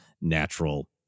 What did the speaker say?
natural